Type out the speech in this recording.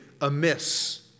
amiss